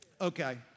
Okay